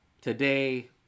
today